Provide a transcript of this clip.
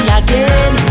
again